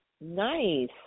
Nice